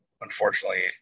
unfortunately